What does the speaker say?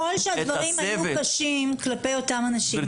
ככל שהדברים היו קשים כלפי אותם אנשים,